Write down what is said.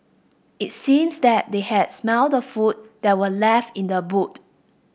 it seems that they had smelt the food that were left in the boot